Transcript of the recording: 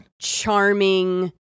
charming